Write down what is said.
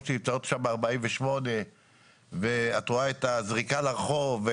שנמצאות שם מ-1948 ואת רואה את הזריקה לרחוב.